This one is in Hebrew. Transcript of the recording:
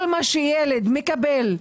כל מה שילד מקבל,